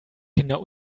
kinder